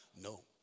No